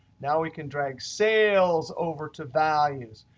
now we can drag sales over to values.